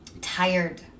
tired